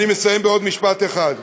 אני מסיים במשפט אחד.